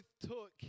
took